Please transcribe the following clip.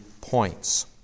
points